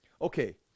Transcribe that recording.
Okay